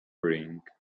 bring